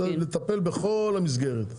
צריך לטפל בכל המסגרת.